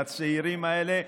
לצעירים האלה,